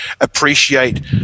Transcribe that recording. appreciate